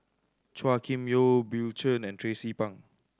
Chua Kim Yeow Bill Chen and Tracie Pang